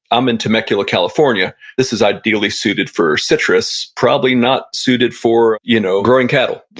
i'm in temecula, california. this is ideally suited for citrus. probably not suited for you know growing cattle.